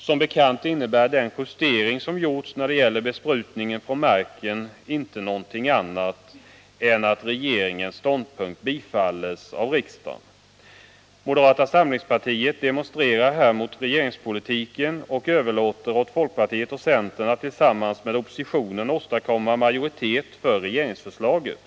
Som bekant innebär den justering som gjorts när det gäller tillägget av besprutning även från marken inte någonting annat än att regeringens grundprincip bifalls av Nr 149 riksdagen. Moderata samlingspartiet demonstrerar här mot regeringspoliti Onsdagen den ken och överlåter åt folkpartiet och centern att tillsammans med oppositio 21 maj 1980 nen åstadkomma majoritet för det kompletterade regeringsförslaget.